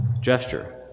gesture